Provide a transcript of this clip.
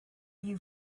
you